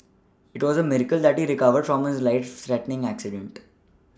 it was a miracle that he recovered from his life threatening accident